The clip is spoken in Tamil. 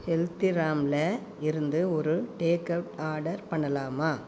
ஹெல்திராமில் இருந்து ஒரு டேக் அவுட் ஆர்டர் பண்ணலாமா